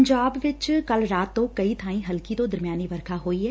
ਪੰਜਾਬ ਵਿਚ ਕੱਲ੍ ਰਾਤ ਤੋ ਕਈ ਬਾਈ ਹਲਕੀ ਤੋ ਦਰਮਿਆਨੀ ਵਰਖਾ ਹੋਈ ਐ